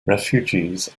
refugees